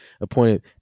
appointed